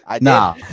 Nah